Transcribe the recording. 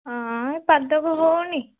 ହଁ ପାଦକୁ ହଉନି